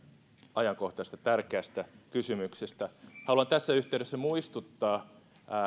ajankohtaisesta tärkeästä kysymyksestä haluan tässä yhteydessä muistuttaa